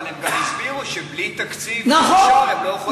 אבל הם גם הסבירו שבלי תקציב מאושר הם לא יכולים לעבוד.